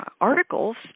articles